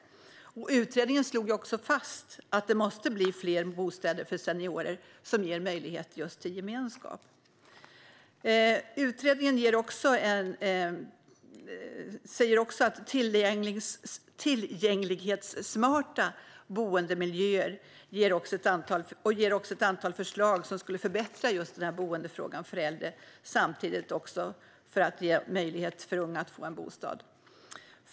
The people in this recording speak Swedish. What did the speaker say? Utredningen slog också fast att det måste bli fler bostäder för seniorer som ger möjlighet till gemenskap och ger också ett antal förslag till åtgärder som skulle förbättra boendefrågan för äldre, samtidigt som unga ges möjlighet att få en bostad.